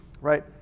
right